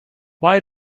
why